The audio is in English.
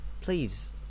please